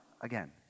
again